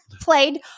played